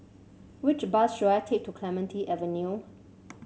which bus should I take to Clementi Avenue